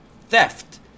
theft